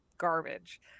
Garbage